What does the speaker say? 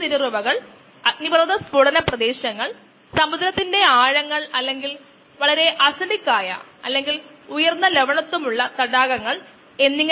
നേരത്തെ ലഭിച്ച സമവാക്യത്തിന്റെ ഒരു പ്രയോഗമാണിത് അടുത്ത പ്രഭാഷണത്തിൽ നമ്മൾ തീർച്ചയായും പരിഹാരം കാണും